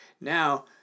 now